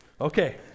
Okay